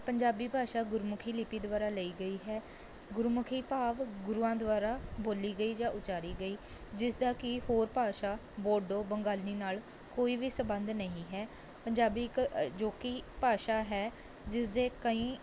ਪੰਜਾਬੀ ਭਾਸ਼ਾ ਗੁਰਮੁਖੀ ਲਿਪੀ ਦੁਆਰਾ ਲਈ ਗਈ ਹੈ ਗੁਰਮੁਖੀ ਭਾਵ ਗੁਰੂਆਂ ਦੁਆਰਾ ਬੋਲੀ ਗਈ ਜਾਂ ਉਚਾਰੀ ਗਈ ਜਿਸ ਦਾ ਕਿ ਹੋਰ ਭਾਸ਼ਾ ਬੋਡੋ ਬੰਗਾਲੀ ਨਾਲ਼ ਕੋਈ ਵੀ ਸੰਬੰਧ ਨਹੀਂ ਹੈ ਪੰਜਾਬੀ ਇੱਕ ਅਜੋਕੀ ਭਾਸ਼ਾ ਹੈ ਜਿਸ ਦੇ ਕਈ